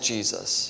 Jesus